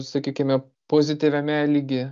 sakykime pozityviame lygyje